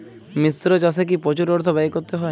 মিশ্র চাষে কি প্রচুর অর্থ ব্যয় করতে হয়?